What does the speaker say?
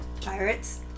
Pirates